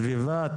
סביבה,